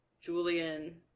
Julian